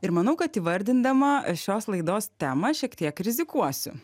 ir manau kad įvardindama šios laidos temą šiek tiek rizikuosiu